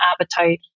appetite